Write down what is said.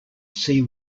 see